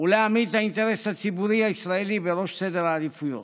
ולהעמיד את האינטרס הציבורי הישראלי בראש סדר העדיפויות.